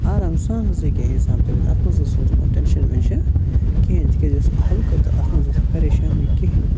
آرام سان حظ ہیکہِ ہا اِنسان تُلِتھ اَتھ منٛز حظ اوس نہٕ ٹینشن وینشن کِہیٖنۍ تِکیاز یہِ حظ اوس ہلکہٕ تہٕ اَتھ منٛز ٲس نہٕ پَریشٲنی کِہیٖنۍ تہِ